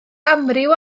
amryw